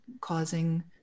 causing